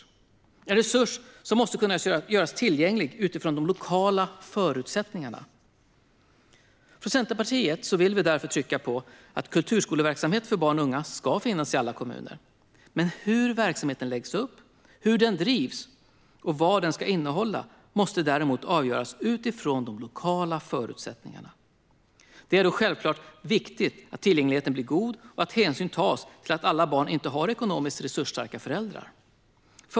Det är en resurs som måste kunna göras tillgänglig utifrån de lokala förutsättningarna. Från Centerpartiet vill vi därför trycka på att kulturskoleverksamhet för barn och unga ska finnas i alla kommuner. Hur verksamheten läggs upp, hur den drivs och vad den ska innehålla måste däremot avgöras utifrån de lokala förutsättningarna. Det är självklart viktigt att tillgängligheten blir god och att hänsyn tas till att alla barn inte har ekonomiskt resursstarka föräldrar.